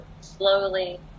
slowly